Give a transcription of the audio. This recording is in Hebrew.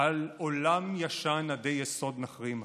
על "עולם ישן עדי יסוד נחריבה"